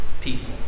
people